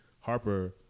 Harper